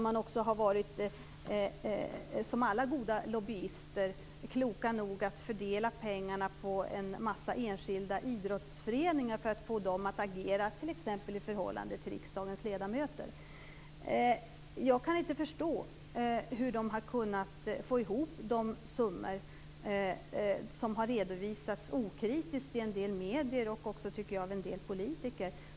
Man har som alla goda lobbyister varit klok nog att fördela pengarna på en massa enskilda idrottsföreningar för att få dem att agera t.ex. i förhållande till riksdagens ledamöter. Jag kan inte förstå hur man har kunnat få ihop de summor som har redovisats okritiskt i en del medier och också, tycker jag, av en del politiker.